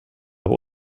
aber